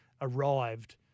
arrived